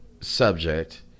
subject